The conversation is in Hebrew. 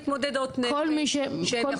מתמודדות הנפש --- כל מי --- רגע,